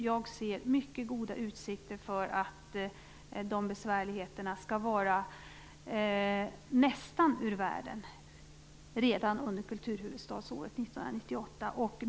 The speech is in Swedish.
Jag ser mycket goda utsikter för att besvärligheterna skall vara nästan ur världen redan under kulturhuvudstadsåret 1998.